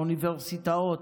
לאוניברסיטאות,